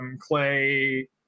clay